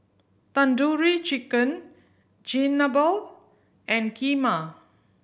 Tandoori Chicken Chigenabe and Kheema